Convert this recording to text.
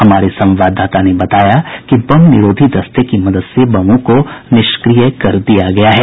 हमारे संवाददाता ने बताया कि बम निरोधी दस्ते की मदद से बमों को निष्क्रिय कर दिया गया है